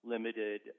limited